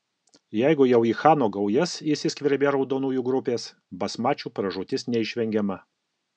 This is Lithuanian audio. jeigu jau į chano gaujas įsiskverbė raudonųjų grupės basmačių pražūtis neišvengiama